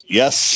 yes